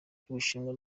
cy’ubushinwa